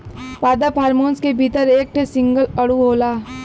पादप हार्मोन के भीतर एक ठे सिंगल अणु होला